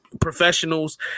professionals